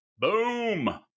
Boom